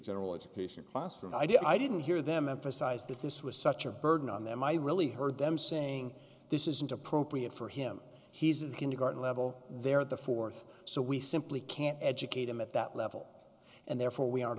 general education classroom i didn't hear them emphasize that this was such a burden on them i really heard them saying this isn't appropriate for him he's a kindergarten level they're the th so we simply can't educate him at that level and therefore we are